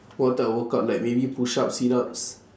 what type of workout like maybe push-up sit-ups